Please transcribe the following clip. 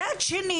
מצד שני,